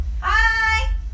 Hi